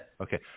Okay